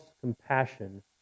compassion